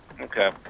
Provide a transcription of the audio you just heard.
Okay